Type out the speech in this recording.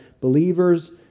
believers